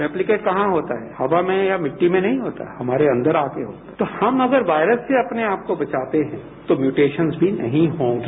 replicate कहा होता है हवा में या मिट्टी में नहीं होता हमारे अंदर आके होता है तो हम अगर वायरस से अपने आपको बचाते हैं तो इरीटेशन्स भी नहीं होंगी